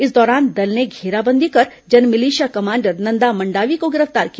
इस दौरान दल ने घेराबंदी कर जनमिलिशिया कमांडर नंदा मंडावी को गिरफ्तार किया